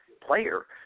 player